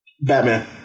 Batman